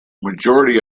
majority